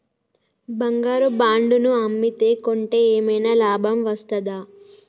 బంగారు బాండు ను అమ్మితే కొంటే ఏమైనా లాభం వస్తదా?